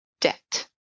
debt